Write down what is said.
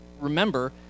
remember